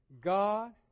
God